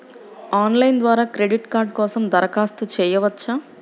Online ద్వారా credit card కోసం దరఖాస్తు చేయవచ్చా?